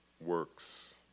works